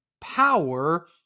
power